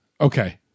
Okay